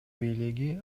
бийлиги